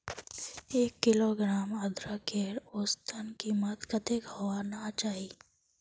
एक किलोग्राम अदरकेर औसतन कीमत कतेक होना चही?